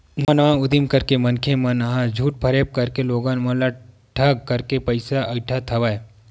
नवा नवा उदीम करके मनखे मन ह झूठ फरेब करके लोगन ल ठंग करके पइसा अइठत हवय